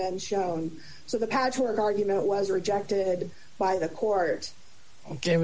been shown so the patchwork argument was rejected by the court